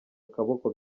akaboko